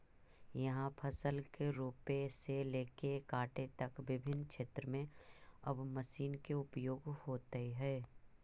इहाँ फसल के रोपे से लेके काटे तक विभिन्न क्षेत्र में अब मशीन के उपयोग होइत हइ